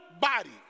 body